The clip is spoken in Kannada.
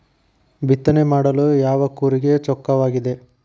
ಬಿತ್ತನೆ ಮಾಡಲು ಯಾವ ಕೂರಿಗೆ ಚೊಕ್ಕವಾಗಿದೆ?